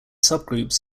subgroups